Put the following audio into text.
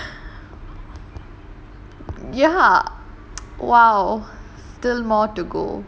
ஆமா நாம இருபது நிமிஷம் பேசிட்டோம்:aamaa naama irupathu nimisham pesitom ya !wow! still